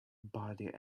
body